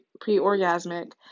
pre-orgasmic